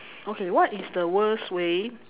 okay what is the worst way